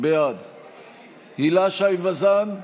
בעד הילה שי וזאן,